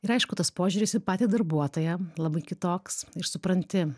ir aišku tas požiūris į patį darbuotoją labai kitoks ir supranti